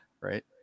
Right